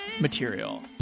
material